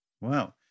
Wow